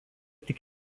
tik